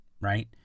right